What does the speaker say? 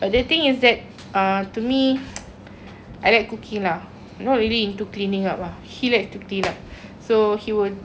I like cooking lah not really into cleaning up ah he likes to clean up so he would assist me in the cleaning up ya kan